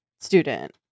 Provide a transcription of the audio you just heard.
student